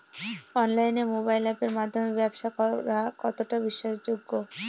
অনলাইনে মোবাইল আপের মাধ্যমে ব্যাবসা করা কতটা বিশ্বাসযোগ্য?